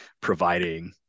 providing